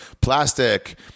plastic